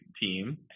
team